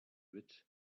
rich